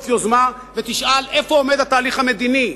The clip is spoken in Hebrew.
יוזמה ותשאל איפה עומד התהליך המדיני.